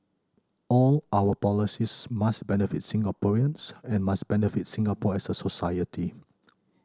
all our policies must benefit Singaporeans and must benefit Singapore as a society